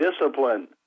discipline